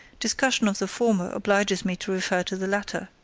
discussion of the former obliges me to refer to the latter.